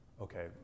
okay